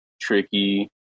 Tricky